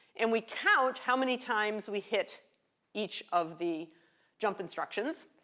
and we count how many times we hit each of the jump instructions.